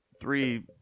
three